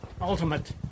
ultimate